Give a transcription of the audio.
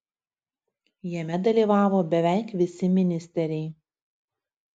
jame dalyvavo beveik visi ministeriai